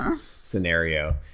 scenario